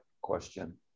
question